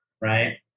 right